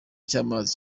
cy’amazi